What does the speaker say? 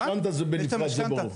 משכנתה זה בנפרד, זה ברור.